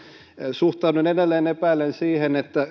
suhtaudun edelleen epäillen siihen että